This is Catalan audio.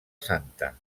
santa